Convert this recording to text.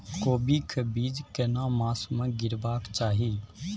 कोबी के बीज केना मास में गीरावक चाही?